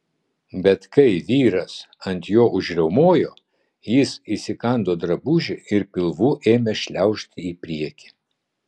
bet kai vyras ant jo užriaumojo jis įsikando drabužį ir pilvu ėmė šliaužti į priekį